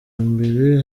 mbere